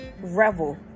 revel